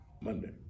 Monday